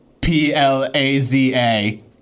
P-L-A-Z-A